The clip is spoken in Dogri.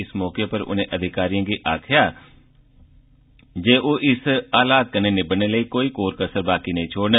इस मौके उप्पर उनें अधिकारिएं गी आखेआ जे ओह् इस हालात कन्नै निब्बड़ने लेई कोई कोर कसर बाकी नेई छोड़न